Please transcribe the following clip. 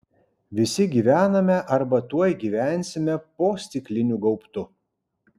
visi gyvename arba tuoj gyvensime po stikliniu gaubtu